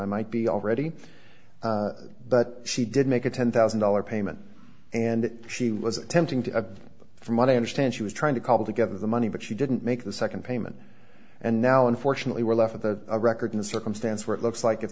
i might be already but she did make a ten thousand dollars payment and she was attempting to from what i understand she was trying to cobble together the money but she didn't make the second payment and now unfortunately we're left with a record in a circumstance where it looks like if